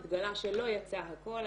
התגלה שלא יצא הכל,